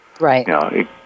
Right